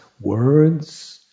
words